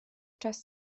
czas